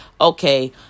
okay